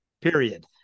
Period